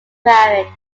marriage